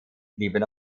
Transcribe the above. blieben